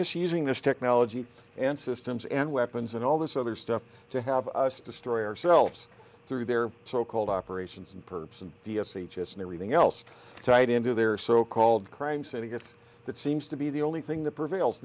misusing this technology and systems and weapons and all this other stuff to have us destroy ourselves through their so called operations and perps and d s h us and everything else tied into their so called crime syndicates that seems to be the only thing that prevails